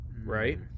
right